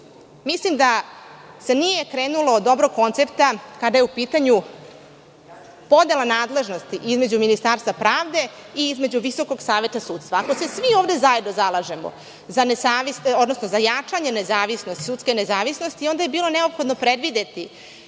mislim da se nije krenulo od dobrog koncepta kada je u pitanju podela nadležnosti između Ministarstva pravde i između Visokog saveta sudstva. Ako se svi ovde zajedno zalažemo za jačanje sudske nezavisnosti, onda je bilo neophodno predvideti